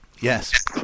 Yes